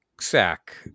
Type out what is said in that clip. sack